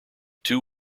two